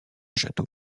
château